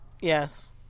Yes